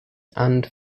and